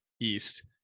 East